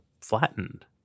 flattened